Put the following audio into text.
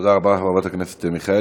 תודה רבה, חברת הכנסת מיכאלי.